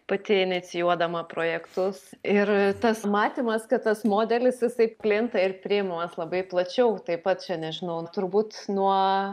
pati inicijuodama projektus ir tas matymas kad tas modelis jisai plinta ir priimu aš labai plačiau tai pat čia nežinau turbūt nuo